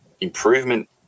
improvement